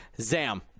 Zam